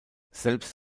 selbst